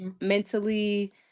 mentally